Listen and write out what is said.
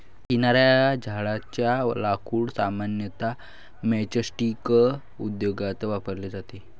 चिनार या झाडेच्या लाकूड सामान्यतः मैचस्टीक उद्योगात वापरले जाते